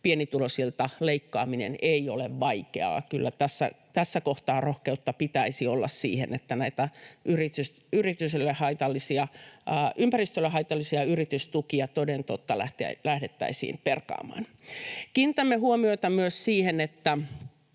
pienituloisilta leikkaaminen ei ole vaikeaa. Kyllä tässä kohtaa rohkeutta pitäisi olla siihen, että näitä ympäristölle haitallisia yritystukia toden totta lähdettäisiin perkaamaan. Täällä joku totesi —